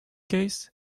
case